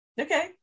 Okay